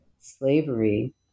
slavery